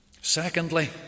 Secondly